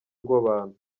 rw’abantu